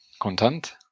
content